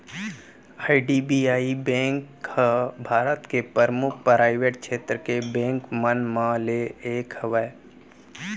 IDBI bank ह भारत के परमुख पराइवेट छेत्र के बेंक मन म ले एक हवय